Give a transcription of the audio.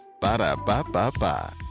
Ba-da-ba-ba-ba